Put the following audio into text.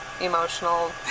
emotional